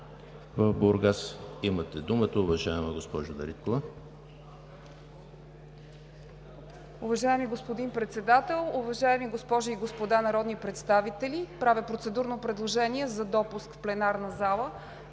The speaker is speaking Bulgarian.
в Бургас имате думата, уважаема госпожо Дариткова.